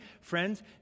friends